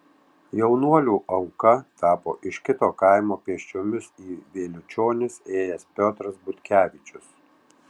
jaunuolių auka tapo iš kito kaimo pėsčiomis į vėliučionis ėjęs piotras butkevičius